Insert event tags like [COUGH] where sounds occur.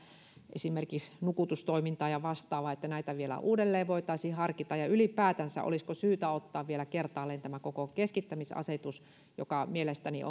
esimerkiksi nukutustoimintaa ja vastaavaa vielä uudelleen voitaisiin harkita ja olisiko ylipäätänsä syytä ottaa vielä kertaalleen tämä koko keskittämisasetus joka mielestäni [UNINTELLIGIBLE]